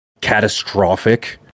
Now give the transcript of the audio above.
catastrophic